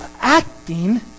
Acting